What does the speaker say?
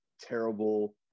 terrible